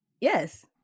Yes